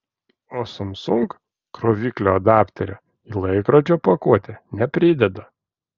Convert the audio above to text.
o samsung kroviklio adapterio į laikrodžio pakuotę neprideda